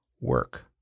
work